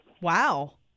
Wow